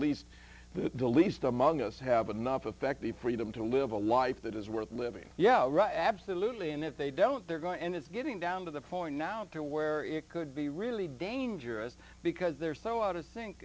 least the least among us have enough affect the freedom to live a life that is worth living yeah right absolutely and if they don't they're going to and it's getting down to the point now to where it could be really dangerous because they're so out